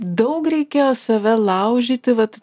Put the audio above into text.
daug reikėjo save laužyti vat